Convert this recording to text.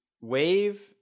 wave